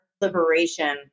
liberation